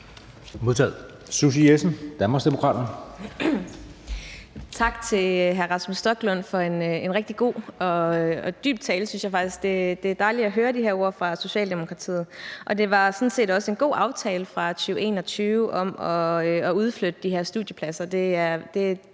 Susie Jessen, Danmarksdemokraterne.